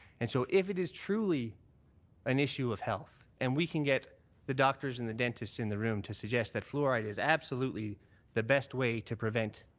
and so if it is truly an issue of health, and we can get the doctors and the dentists in the room to suggest that fluoride is absolutely the best way to prevent